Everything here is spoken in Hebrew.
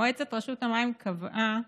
מועצת רשות המים קבעה,